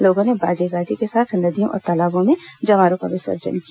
लोगों ने बाजे गाजे के साथ नदियों और तालाबों में जंवारे का विसर्जन किया